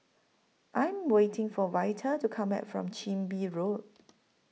I Am waiting For Vita to Come Back from Chin Bee Road